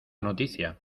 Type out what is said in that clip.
noticia